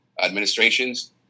administrations